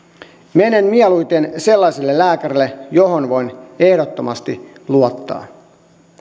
menen mieluiten sellaiselle lääkärille johon voin ehdottomasti luottaa